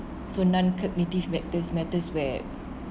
so non-cognitive matt~ matters where